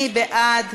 מי בעד?